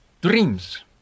dreams